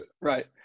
right